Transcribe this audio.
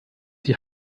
die